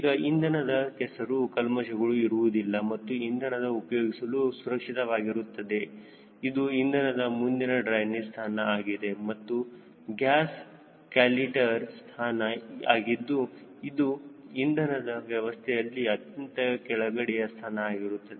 ಈಗ ಇಂಧನದಲ್ಲಿ ಕೆಸರು ಕಲ್ಮಶಗಳು ಇರುವುದಿಲ್ಲ ಮತ್ತು ಇಂಧನವು ಉಪಯೋಗಿಸಲು ಸುರಕ್ಷಿತವಾಗಿರುತ್ತದೆ ಇದು ಇಂಧನದ ಮುಂದಿನ ಡ್ರೈನೇಜ್ ಸ್ಥಾನ ಆಗಿದೆಇದು ಗ್ಯಾಸ್ ಕಾಲೇಟರ್ ಸ್ಥಾನ ಆಗಿದ್ದು ಇದು ಇಂಧನದ ವ್ಯವಸ್ಥೆಯಲ್ಲಿ ಅತ್ಯಂತ ಕೆಳಗಡೆಯ ಸ್ಥಾನ ಆಗಿರುತ್ತದೆ